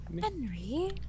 Henry